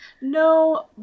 No